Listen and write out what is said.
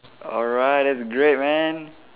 alright that's great man